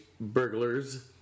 burglars